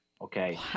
Okay